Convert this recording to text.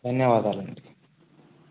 ధన్యవాదాలండి